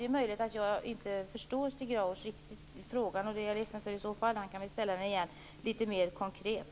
Det är möjligt att jag inte förstår Stig Grauers fråga riktigt. Det är jag ledsen för i så fall. Han får väl ställa den igen litet mer konkret.